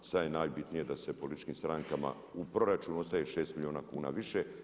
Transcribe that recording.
Sad je najbitnije da se političkim strankama, u proračunu ostaje 6 milijuna kuna više.